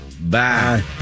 bye